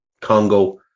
Congo